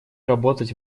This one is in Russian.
работать